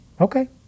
Okay